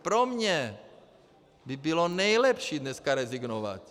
Pro mě by bylo nejlepší dneska rezignovat.